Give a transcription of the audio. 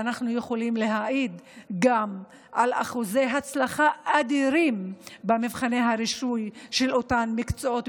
ואנחנו יכולים להעיד גם על הצלחה אדירים במבחני הרישוי של אותם מקצועות,